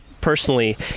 personally